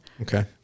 okay